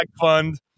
fund